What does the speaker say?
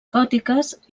gòtiques